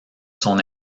son